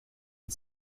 and